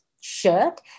shirt